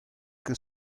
ket